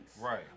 Right